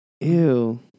ew